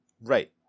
Right